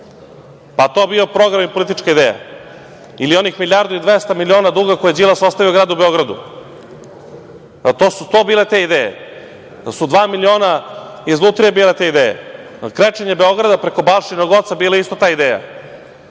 je to bio program i politička ideja. Ili onih milijardu i 200 miliona duga koje je Đilas ostavio gradu Beogradu. Jesu to su bile te ideje? Da li su dva miliona iz lutrije bile te ideje? Jel krečenje Beograda preko Balšinog oca bila isto ta ideja,